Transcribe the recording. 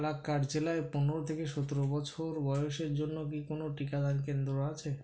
পালাক্কাড় জেলায় পনেরো থেকে সতেরো বছর বয়সের জন্য কি কোনও টিকাদান কেন্দ্র আছে